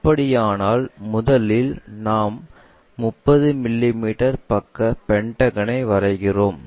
அப்படியானால் முதலில் நாங்கள் 30 மிமீ பக்க பென்டகனை வரைகிறோம்